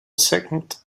second